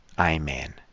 Amen